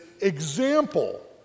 example